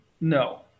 No